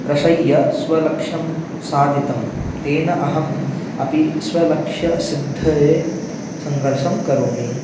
प्रसह्य स्वलक्ष्यं साधितं तेन अहम् अपि स्वलक्ष्यसिद्धये संघर्षं करोमि